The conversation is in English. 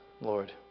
Lord